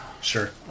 Sure